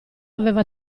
aveva